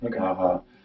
Okay